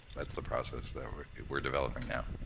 that's the process that we're we're developing now.